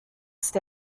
stage